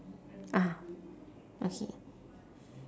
ah okay